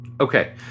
Okay